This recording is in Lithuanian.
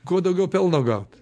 kuo daugiau pelno gaut